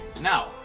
Now